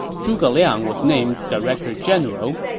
zhuge liang was named director general.